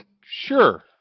Sure